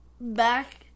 Back